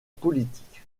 politique